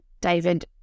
David